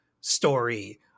story